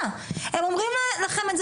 הם אומרים לכם אנחנו במצוקה.